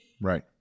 Right